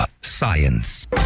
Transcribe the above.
science